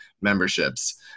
memberships